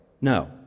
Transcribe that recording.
no